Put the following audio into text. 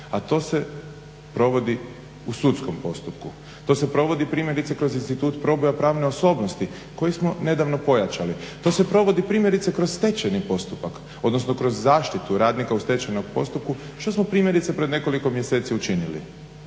a to se provodi u sudskom postupku. To se provodi primjerice kroz institut proboja pravne osobnosti koji smo nedavno pojačali. To se provodi primjerice kroz stečajni postupak, odnosno kroz zaštitu radnika u stečajnom postupku što smo primjerice pred nekoliko mjeseci učinili,